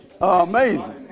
amazing